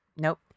nope